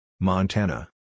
Montana